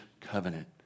covenant